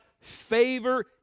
favor